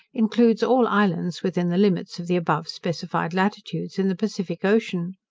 includes all islands within the limits of the above specified latitudes in the pacific ocean.